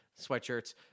sweatshirts